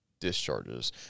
discharges